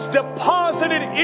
deposited